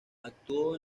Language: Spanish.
actuó